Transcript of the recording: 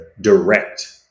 direct